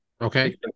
okay